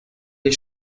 les